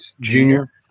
Junior